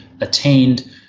attained